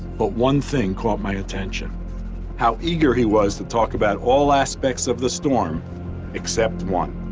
but one thing caught my attention how eager he was to talk about all aspects of the storm except one.